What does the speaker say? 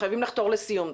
אנחנו חייבים לחתור לסיום.